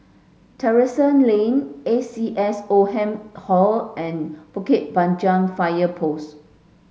Terrasse Lane A C S Oldham Hall and Bukit Panjang Fire Post